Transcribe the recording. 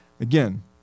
Again